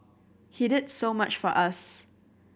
he did so much for us